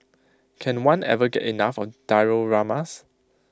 can one ever get enough of dioramas